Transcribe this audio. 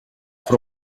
then